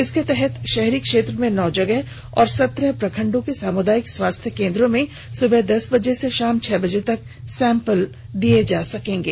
इसके तहत शहरी क्षेत्र में नौ जगह और सत्रह प्रखंडों को सामुदायिक स्वास्थ्य केंद्रों में सुबह दस बजे से शाम छह बजे तक सैंपल दिए जा सकेंगे